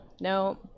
no